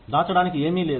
దాచడానికి ఏమీ లేదు